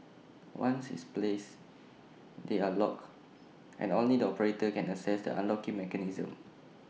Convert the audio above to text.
once is place they are locked and only the operator can access the unlocking mechanism